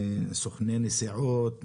סוכני נסיעות,